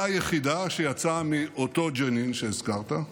באה יחידה שיצאה מאותה ג'נין שהזכרת,